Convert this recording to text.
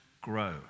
grow